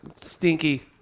Stinky